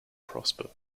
prosper